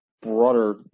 broader